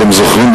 אתם זוכרים,